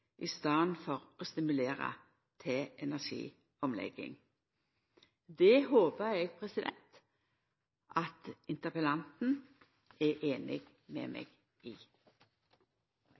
i staden for å stimulera til energiomlegging. Det håpar eg at interpellanten er einig med meg i.